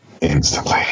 Instantly